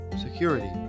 Security